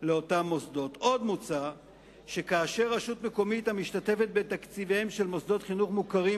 עוד מוצע שכאשר רשות מקומית משתתפת בתקציביהם של מוסדות חינוך מוכרים